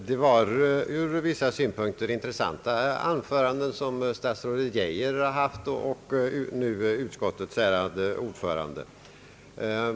Herr talman! Det är ur vissa synpunkter intressanta anföranden som statsrådet Geijer och nu utskottets ärade ordförande har hållit.